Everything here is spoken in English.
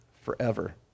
forever